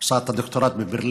היא עושה את הדוקטורט בברלין.